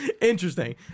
interesting